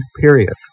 period